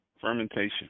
Fermentation